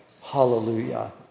hallelujah